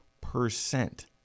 percent